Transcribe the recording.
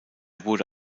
wurde